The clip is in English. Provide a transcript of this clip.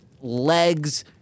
legs